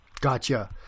Gotcha